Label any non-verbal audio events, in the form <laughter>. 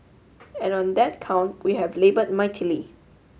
<noise> and on that count we have labor mightily